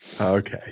Okay